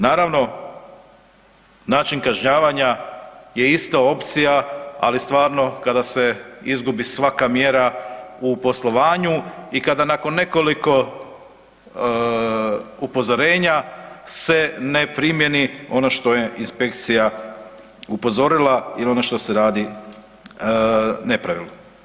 Naravno, način kažnjavanja je isto opcija, ali stvarno kada se izgubi svaka mjera u poslovanju i kada nakon nekoliko upozorenja se ne primjeni ono što je inspekcija upozorila ili ono što se radi nepravilno.